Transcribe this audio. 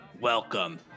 Welcome